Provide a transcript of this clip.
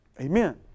Amen